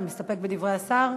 אתה מסתפק בדברי השר?